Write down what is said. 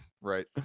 right